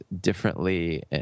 differently